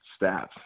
stats